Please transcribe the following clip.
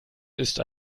ist